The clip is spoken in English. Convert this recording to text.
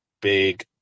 big